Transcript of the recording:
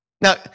Now